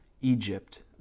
Egypt